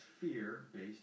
fear-based